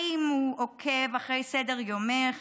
האם הוא עוקב אחרי סדר יומך,